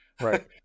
Right